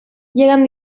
llegan